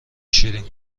شیرین